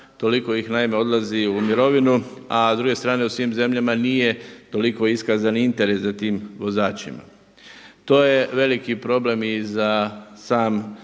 toliko ih naime odlazi u mirovinu a s druge strane u svim zemljama nije toliko iskazan interes za tim vozačima. To je veliki problem i za sam